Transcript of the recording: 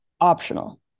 optional